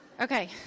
Okay